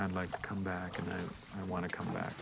i'd like to come back and i want to come back